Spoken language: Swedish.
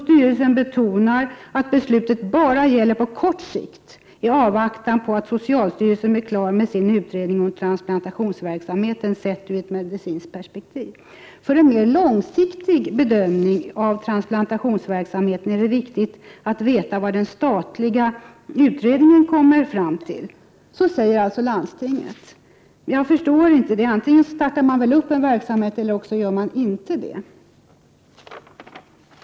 Styrelsen betonar att beslutet bara gäller på kort sikt i avvaktan på att socialstyrelsen skall bli klar med sin utredning om transplantationsverksamheten, sett ur ett medicinskt perspektiv. För en mer långsiktig bedömning av transplantationsverksamheten är det viktigt att veta vad den statliga utredningen kommer fram till. Så säger alltså Landstingsförbundet. Jag förstår inte detta. Antingen startar man väl en verksamhet eller också gör man det inte.